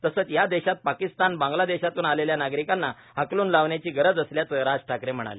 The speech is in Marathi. तसंच या देशात पाकिस्तान बांग्लादेशातून आलेल्या नागरिकांना हकलून लावण्याची गरज असल्याचं राज ठाकरे म्हणाले